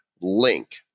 link